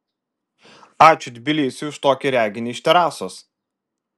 ačiū tbilisiui už tokį reginį iš terasos